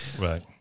right